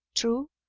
true,